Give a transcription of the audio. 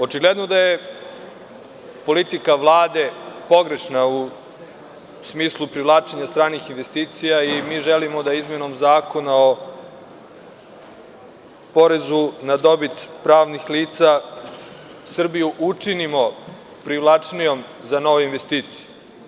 Očigledno da je politika Vlade pogrešna u smislu privlačenja stranih investicija i mi želimo da izmenom Zakona o porezu na dobit pravnih lica Srbiju učinimo privlačnijom za nove investicije.